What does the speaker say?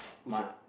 who's your